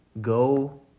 go